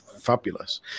fabulous